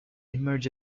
emerge